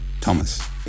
Thomas